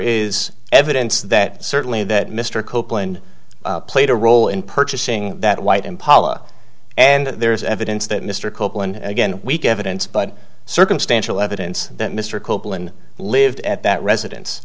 is evidence that certainly that mr copeland played a role in purchasing that white impala and there is evidence that mr copeland again weak evidence but circumstantial evidence that mr copeland lived at that residen